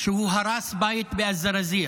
שהוא הרס בית בזרזיר.